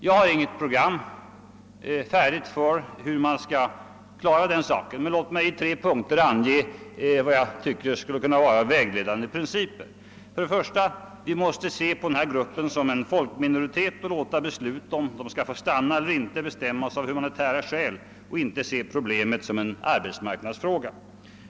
Jag har inget färdigt program för hur man skall klara den saken, men låt mig i tre punkter ange vad jag tycker skulle kunna vara vägledande principer. För det första måste vi se på denna grupp människor som en folkminoritet och låta beslutet om huruvida de skall få stanna eller inte bestämmas av humanitära skäl. Vi får inte betrakta problemet som en arbetsmarknadsfråga.